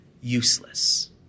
useless